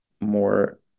more